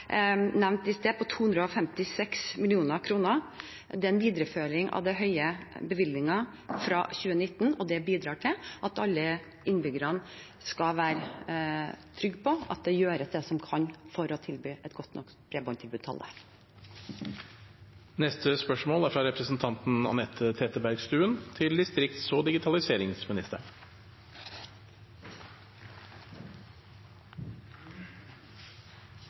i sted, på 256 mill. kr. Det er en videreføring av den høye bevilgningen fra 2019, og det bidrar til at alle innbyggerne skal være trygge på at en gjør det som kan gjøres for å tilby et godt nok bredbåndstilbud til alle. «Frivillighet er av de viktigste limene i lokalsamfunnene våre. Store avstander og